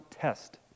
test